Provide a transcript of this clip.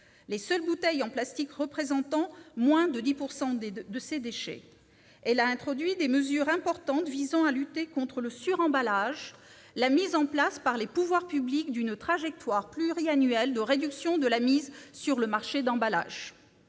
les seules bouteilles en plastique représentant moins de 10 % de ces déchets. Elle a introduit des mesures importantes visant à lutter contre le suremballage : la mise en place par les pouvoirs publics d'une trajectoire pluriannuelle de réduction de la mise sur le marché d'emballages